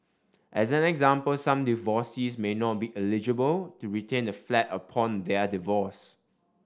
as an example some divorcees may not be eligible to retain the flat upon their divorce